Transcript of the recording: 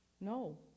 No